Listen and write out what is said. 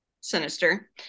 sinister